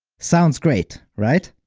sounds great, right?